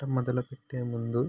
వంట మొదలుపెట్టేముందు